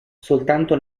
soltanto